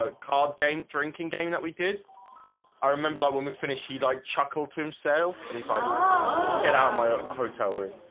ah card game drinking game that we did i remember like when we finished he like chuckled to himself and he's like get out of my hotel room